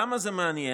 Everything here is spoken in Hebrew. למה זה מעניין?